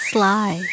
Sly